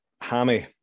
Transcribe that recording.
Hammy